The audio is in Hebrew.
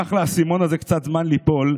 ולקח לאסימון הזה קצת זמן ליפול,